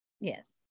Yes